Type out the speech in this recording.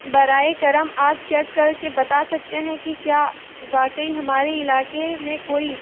برائے کرم آپ چیک کر کے بتا سکتے ہیں کہ کیا واقعی ہمارے علاقے میں کوئی